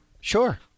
Sure